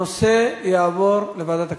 הנושא יעבור לוועדת הכספים.